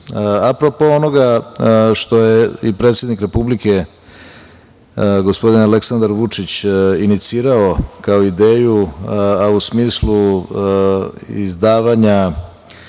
onoga što je i predsednik Republike gospodin Aleksandar Vučić inicirao kao ideju, a u smislu izdavanja